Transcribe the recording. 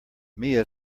mia